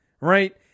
right